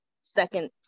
second